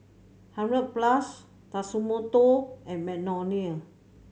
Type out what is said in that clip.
Hundred Plus Tatsumoto and Magnolia